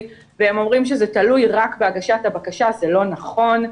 והם אומרים שזה תלוי רק בהגשת הבקשה זה לא נכון.